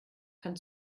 kann